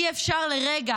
אי-אפשר לרגע,